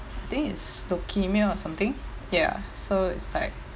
I think is leukemia or something ya so it's like